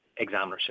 examinership